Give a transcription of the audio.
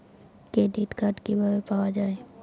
Credit card কিভাবে পাওয়া য়ায়?